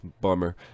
Bummer